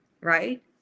right